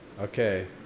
okay